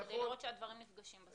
כדי לראות שהדברים נפגשים בסוף.